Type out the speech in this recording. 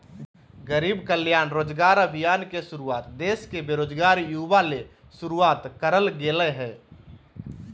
गरीब कल्याण रोजगार अभियान के शुरुआत देश के बेरोजगार युवा ले शुरुआत करल गेलय हल